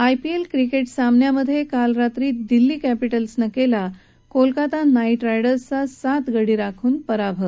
IPL क्रिकेट्रा सामन्यांमध्यक्राल रात्री दिल्ली केंपीटलनं क्ला कोलकाता नाईट रायडर्सचा सात गडी राखून पराभव